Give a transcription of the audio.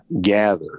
gather